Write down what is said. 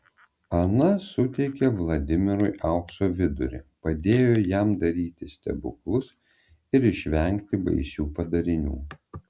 ana suteikė vladimirui aukso vidurį padėjo jam daryti stebuklus ir išvengti baisių padarinių